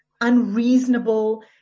unreasonable